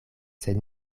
sed